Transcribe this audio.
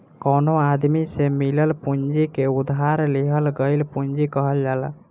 कवनो आदमी से मिलल पूंजी के उधार लिहल गईल पूंजी कहल जाला